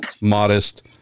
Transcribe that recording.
modest